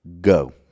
Go